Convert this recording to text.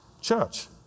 church